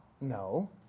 No